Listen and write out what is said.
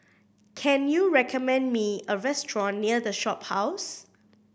can you recommend me a restaurant near The Shophouse